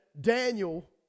Daniel